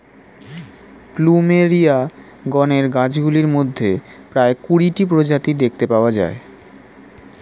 plumeria গণের গাছগুলির মধ্যে প্রায় কুড়িটি প্রজাতি দেখতে পাওয়া যায়